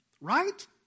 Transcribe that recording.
Right